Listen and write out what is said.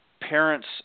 parents